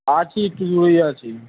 আর কী কিছু ওই আছে